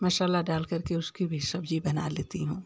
मसाला डालकर के उसकी भी सब्ज़ी बना लेती हूँ